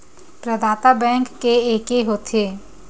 प्रदाता बैंक के एके होथे?